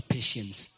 Patience